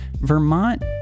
Vermont